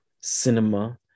cinema